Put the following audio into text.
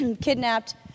kidnapped